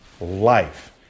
life